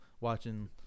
watching